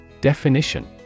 Definition